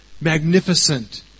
magnificent